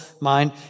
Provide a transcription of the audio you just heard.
mind